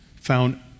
found